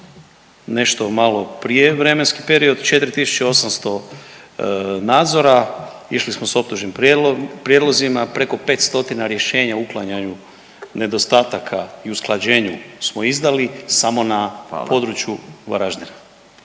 nešto malo prije vremenski period 4.800 nadzora, išli smo s optužnim prijedlozima preko 500 rješenja o uklanjanju nedostataka i usklađenju smo izdali samo na području Varaždina.